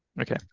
okay